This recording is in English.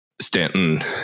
Stanton